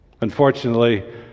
Unfortunately